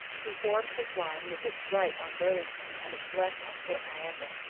he formed his line with its right on burlington and its left on fort niagara.